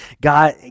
God